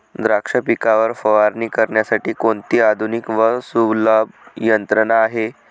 द्राक्ष पिकावर फवारणी करण्यासाठी कोणती आधुनिक व सुलभ यंत्रणा आहे?